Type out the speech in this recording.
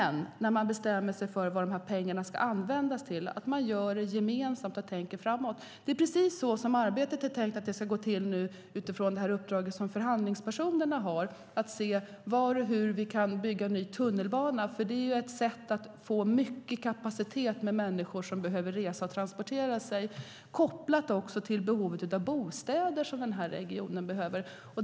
När man bestämmer sig för vad pengarna ska användas till ska man göra det gemensamt och tänka framåt. Det är precis så som arbetet nu är tänkt att gå till utifrån det uppdrag som förhandlingspersonerna har. Det handlar om var och hur vi kan bygga ny tunnelbana. Det är ett sätt att få mycket kapacitet för människor som behöver resa och transportera sig. Det är också kopplat till behovet av bostäder som regionen behöver.